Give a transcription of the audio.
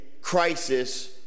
crisis